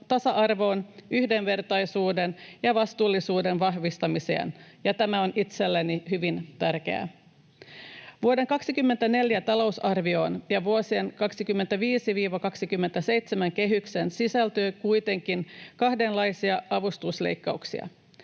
tasa-arvoon ja yhdenvertaisuuden ja vastuullisuuden vahvistamiseen, ja tämä on itselleni hyvin tärkeää. Vuoden 24 talousarvioon ja vuosien 25—27 kehykseen sisältyy kuitenkin kahdenlaisia avustusleikkauksia: